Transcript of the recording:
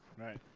Right